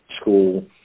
school